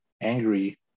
angry